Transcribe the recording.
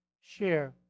share